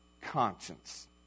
conscience